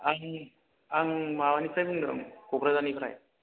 आं आं माबानिफ्राय बुंदों क'क्राझारनिफ्राय